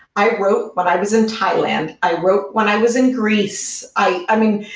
i wrote when i was in thailand. i wrote when i was in greece. i i mean,